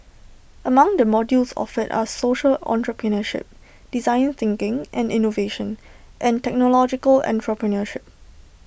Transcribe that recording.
among the modules offered are social entrepreneurship design thinking and innovation and technological entrepreneurship